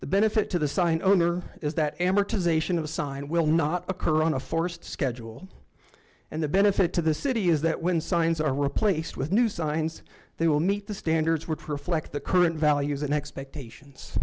the benefit to the signed owner is that amortization of signed will not occur on a forced schedule and the benefit to the city is that when signs are replaced with new signs they will meet the standards were perfect the current values and expectations